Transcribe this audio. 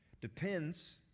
depends